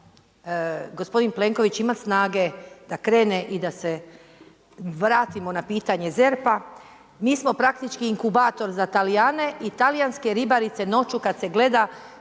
gospodin Plenković imati snage da krene i da se vratimo na pitanje ZERP-a. Mi smo praktički inkubator za Talijane i talijanske ribarice noću kad se gleda,